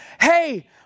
hey